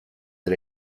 del